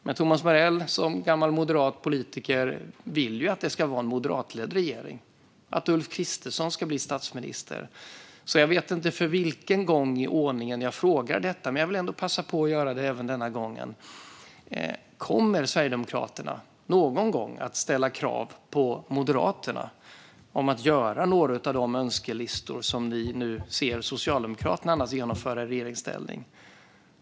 Men Thomas Morell vill ju som gammal moderat politiker att det ska vara en moderatledd regering och att Ulf Kristersson ska bli statsminister. Jag vet inte för vilken gång i ordningen som jag frågar det här. Men jag vill ändå passa på att göra det även denna gång. Kommer Sverigedemokraterna någon gång att ställa krav på Moderaterna att genomföra några av de önskelistor som ni annars nu ser Socialdemokraterna genomföra i regeringsställning?